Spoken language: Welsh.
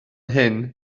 hyn